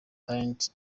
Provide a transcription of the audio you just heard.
talent